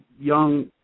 Young